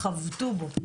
חבטו בצבא.